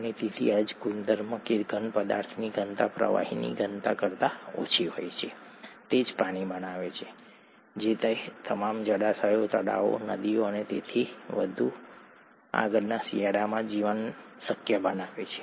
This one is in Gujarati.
અને તેથી આ જ ગુણધર્મ કે ઘન પદાર્થની ઘનતા પ્રવાહીની ઘનતા કરતા ઓછી હોય છે તે જ પાણી બનાવે છે જે તે તમામ જળાશયો તળાવો નદીઓ અને તેથી વધુ અને તેથી આગળ શિયાળામાં જીવન શક્ય બનાવે છે